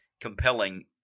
compelling